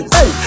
Hey